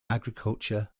agriculture